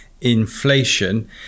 inflation